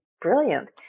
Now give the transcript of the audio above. brilliant